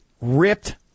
Ripped